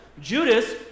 Judas